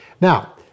Now